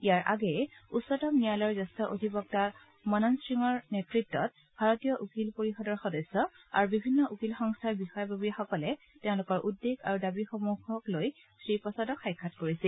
ইয়াৰে আগেয়ে উচ্চতম ন্যায়ালয়ৰ জ্যেষ্ঠ অধিবক্তা মনন মিশ্ৰৰ নেতৃত্ত ভাৰতীয় উকীল পৰিষদৰ সদস্য আৰু বিভিন্ন উকীল সংস্থাৰ বিষয়ববীয়াসকলে তেওঁলোকৰ উদ্বেগ আৰু দাবীসমূহক লৈ শ্ৰীপ্ৰসাদক সাক্ষাৎ কৰিছিল